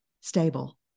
stable